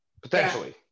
Potentially